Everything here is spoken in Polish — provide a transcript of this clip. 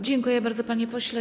Dziękuję bardzo, panie pośle.